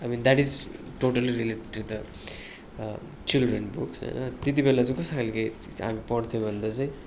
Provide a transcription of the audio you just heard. I mean that is totally related to the children books होइन त्यति बेला चाहिँ कस्तो खाले हामी पढ्थ्यौँ भन्दा चाहिँ